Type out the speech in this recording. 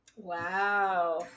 Wow